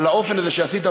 על האופן הזה שבו עשית.